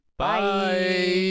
Bye